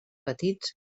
petits